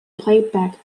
playback